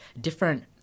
different